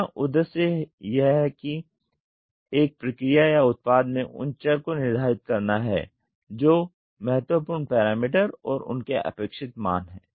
यहाँ उद्देश्य हैं कि एक प्रक्रिया या उत्पाद में उन चर को निर्धारित करना है जो महत्वपूर्ण पैरामीटर और उनके अपेक्षित मान है